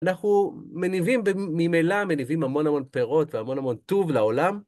אנחנו מניבים... ממילא מניבים המון המון פירות והמון המון טוב לעולם.